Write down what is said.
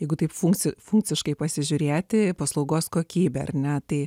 jeigu taip funksi funkciškai pasižiūrėti paslaugos kokybė ar ne tai